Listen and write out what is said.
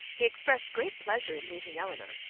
he expressed great pleasure in meeting elinor,